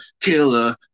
killer